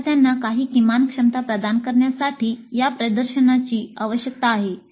विद्यार्थ्यांना काही किमान क्षमता प्रदान करण्यासाठी या प्रदर्शनाची आवश्यकता आहे